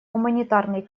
гуманитарный